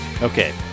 Okay